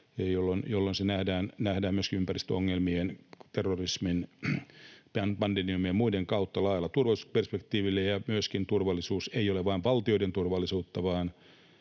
jolloin se nähdään myöskin ympäristöongelmien, terrorismin, pandemioiden ja muiden kautta laajalla turvallisuusperspektiivillä. Turvallisuus ei myöskään ole vain valtioiden turvallisuutta